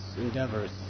endeavors